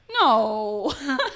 No